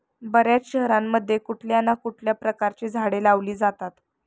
बर्याच शहरांमध्ये कुठल्या ना कुठल्या प्रकारची झाडे लावली जातात